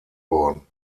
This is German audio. worden